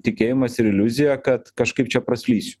tikėjimas ir iliuzija kad kažkaip čia praslysiu